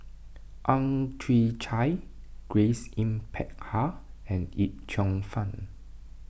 Ang Chwee Chai Grace Yin Peck Ha and Yip Cheong Fun